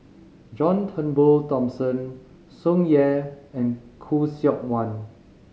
John Turnbull Thomson Tsung Yeh and Khoo Seok Wan